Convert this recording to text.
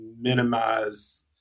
minimize